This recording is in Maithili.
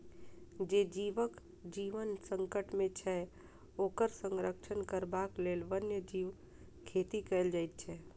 जे जीवक जीवन संकट मे छै, ओकर संरक्षण करबाक लेल वन्य जीव खेती कयल जाइत छै